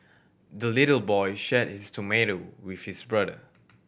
the little boy shared his tomato with his brother